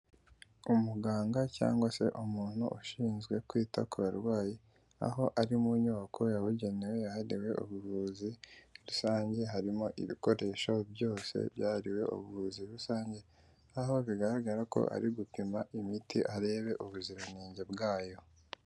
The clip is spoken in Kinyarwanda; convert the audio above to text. Umuganga cyangwa se umuntu ushinzwe kwita kubarwayi, aho ari mu nyubako yabugenewe yahariwe ubuvuzi rusange harimo ibikoresho byose byahariwe ubuvuzi rusange, aho bigaragara ko ari gupima imiti ngo arebe ubuziranenge bwayo.